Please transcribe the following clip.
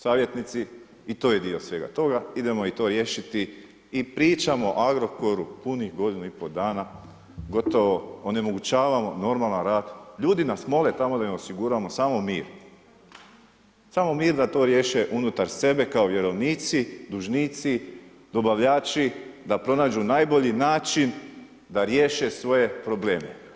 Savjetnici i to je dio svega toga, idemo i to riješiti i pričamo o Agrokoru punih godinu i pol dana, gotovo onemogućavamo normalan, ljudi nas mole tamo da im osiguramo samo mir, samo mir da to riješe unutar sebe kao vjerovnici, dužnici, dobavljači, da pronađu najbolji način da riješe svoje probleme.